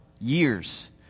years